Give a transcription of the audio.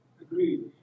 Agreed